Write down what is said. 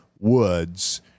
Woods